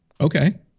Okay